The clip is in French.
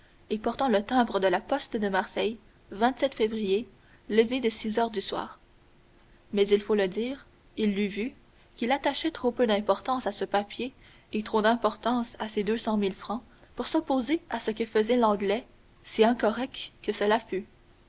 et portant le timbre de la poste de marseille février levée de six heures du soir mais il faut le dire il l'eût vu qu'il attachait trop peu d'importance à ce papier et trop d'importance à ses deux cent mille francs pour s'opposer à ce que faisait l'anglais si incorrect que cela fût